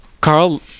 Carl